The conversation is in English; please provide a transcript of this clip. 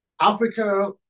Africa